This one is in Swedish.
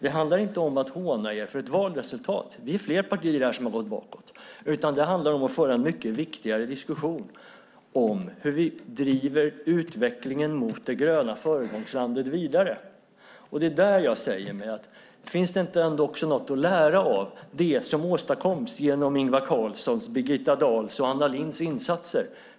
Det handlar inte om att håna er för ett valresultat - det är fler partier här som gått bakåt - utan det handlar om att föra en mycket viktigare diskussion om hur vi driver utvecklingen mot det gröna föregångslandet vidare. Finns det inte något att lära av det som åstadkoms genom Ingvar Carlssons, Birgitta Dahls och Anna Lindhs insatser?